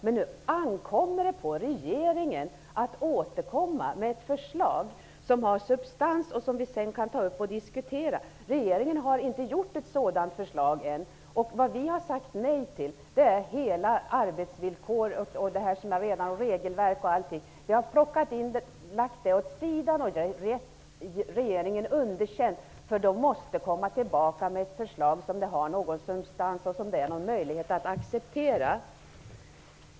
Men nu ankommer det på regeringen att återkomma med ett förslag, som har substans och som vi sedan kan tas upp till diskussion. Regeringen har ännu inte kommit med ett sådant förslag. Vad vi har sagt nej till är allt det som handlar om arbetsvillkor och regelverk m.m. Vi har lagt det åt sidan och gett regeringen underkänt. Regeringen måste komma tillbaka med ett förslag som har substans och som det finns möjlighet att acceptera.